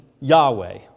yahweh